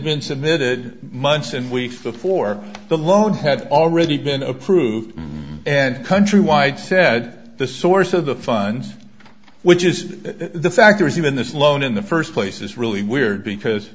been submitted months and weeks before the loan had already been approved and countrywide said the source of the funds which is the fact there is even this loan in the first place is really weird because